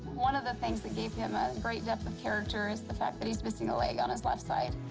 one of the things that gave him a great depth of character is the fact that he's missing a leg on his left side.